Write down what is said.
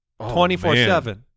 24-7